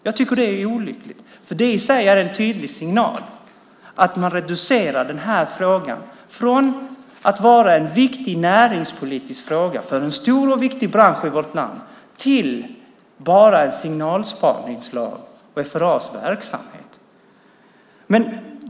Jag tycker att det är olyckligt, för det i sig är en signal att man reducerar den här frågan från att vara en viktig näringspolitisk fråga för en stor och viktig bransch i vårt land till att bara bli en fråga om en signalspaningslag och FRA:s verksamhet.